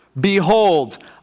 Behold